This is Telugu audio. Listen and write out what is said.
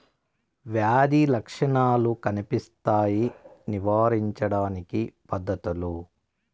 వ్యాధి లక్షణాలు కనిపిస్తాయి నివారించడానికి పద్ధతులు?